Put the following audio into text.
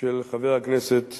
של חבר הכנסת